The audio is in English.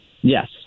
yes